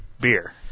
beer